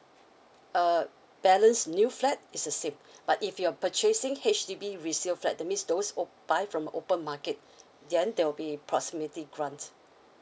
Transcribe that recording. uh balanced new flat is the same but if you're purchasing H_D_B resale flat that means those op~ buy from open market then there will be proximity grants